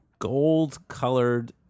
Gold-colored